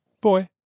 Boy